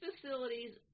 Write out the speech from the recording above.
facilities